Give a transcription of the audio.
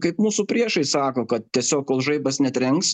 kaip mūsų priešai sako kad tiesiog kol žaibas netrenks